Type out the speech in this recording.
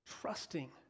trusting